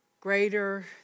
greater